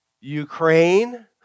Ukraine